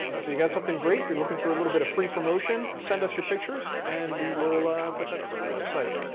so if you got something great, you're looking for a little bit of free promotion, send us your pictures and we will put that up on the website.